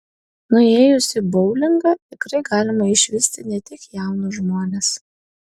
nuėjus į boulingą tikrai galima išvysti ne tik jaunus žmones